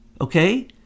okay